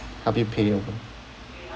help you pay over